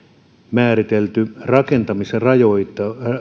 määritelty rakentamisrajoitus